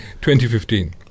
2015